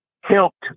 helped